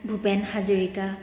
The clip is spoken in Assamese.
ভূপেন হাজৰিকা